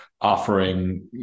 offering